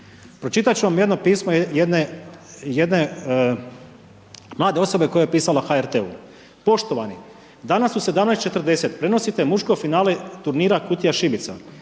Pročitat ću vam jedno pismo jedne, jedne mlade osobe koja je pisala HRT-u: „Poštovani, danas u 17,40 prenosite muško finale turnira Kutija šibica,